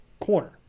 Corner